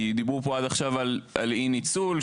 כי דיברו פה עד עכשיו על אי ניצול,